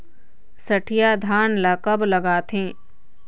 सठिया धान ला कब लगाथें?